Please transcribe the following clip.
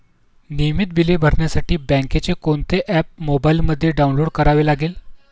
नियमित बिले भरण्यासाठी बँकेचे कोणते ऍप मोबाइलमध्ये डाऊनलोड करावे लागेल?